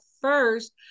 first